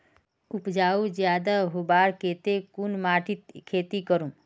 उपजाऊ ज्यादा होबार केते कुन माटित खेती करूम?